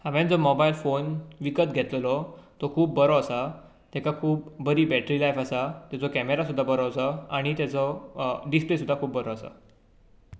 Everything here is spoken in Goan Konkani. हांवें जो मोबायल फोन विकत घेतिल्लो तो खूब बरो आसा ताका खूब बरी बॅटरी लायफ आसा ताचो कॅमेरा सुद्दां बरो आसा आनी ताजो स्पेस सुद्दां खूब बरो आसा